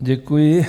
Děkuji.